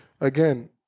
again